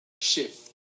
shift